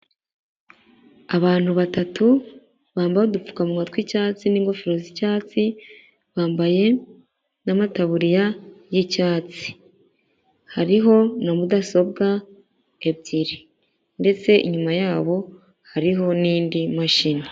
Abantu batatu bambaye udupfukamun tw'icyatsi n'ingofero z'icyatsi, bambaye n'amataburiya y'icyatsi. Hariho na mudasobwa ebyiri ndetse inyuma yabo hariho n'indi mashini.